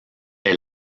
est